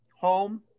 home